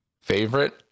Favorite